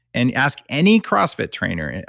and ask any crossfit trainer. and